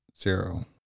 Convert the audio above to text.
zero